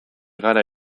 gara